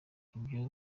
ibyo